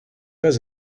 pas